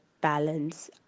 balance